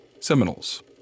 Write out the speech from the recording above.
Seminoles